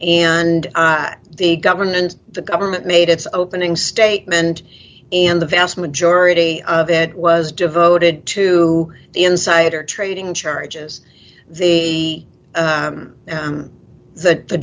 and the government the government made its opening statement and the vast majority of it was devoted to the insider trading charges the the the